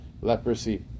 leprosy